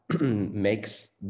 makes